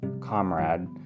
comrade